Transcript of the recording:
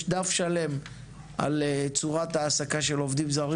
יש דף שלם על צורת ההעסקה של עובדים זרים